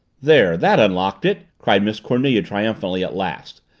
there that unlocked it! cried miss cornelia triumphantly at last,